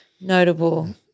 notable